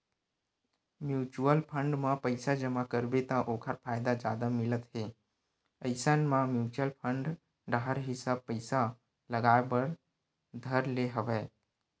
mutual fund म पइसा जमा करबे त ओखर फायदा जादा मिलत हे इसन म म्युचुअल फंड डाहर ही सब पइसा लगाय बर धर ले हवया